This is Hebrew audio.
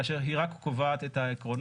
כאשר היא רק קובעת את העקרונות,